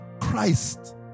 Christ